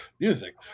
music